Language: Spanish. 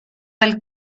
del